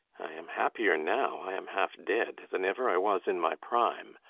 i am happier now i am half dead than ever i was in my prime.